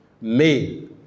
Male